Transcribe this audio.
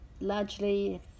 largely